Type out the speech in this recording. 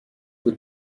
بود